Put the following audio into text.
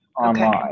online